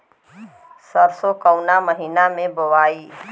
सरसो काउना महीना मे बोआई?